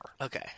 Okay